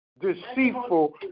deceitful